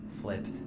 flipped